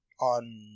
on